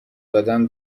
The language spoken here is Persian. دادن